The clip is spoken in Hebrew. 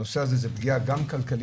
הנושא הזה הוא פגיעה גם כלכלית,